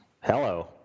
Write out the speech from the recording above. Hello